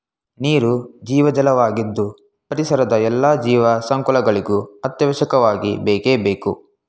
ನೀರು ಜೀವಜಲ ವಾಗಿದ್ದು ಪರಿಸರದ ಎಲ್ಲಾ ಜೀವ ಸಂಕುಲಗಳಿಗೂ ಅತ್ಯವಶ್ಯಕವಾಗಿ ಬೇಕೇ ಬೇಕು